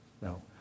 No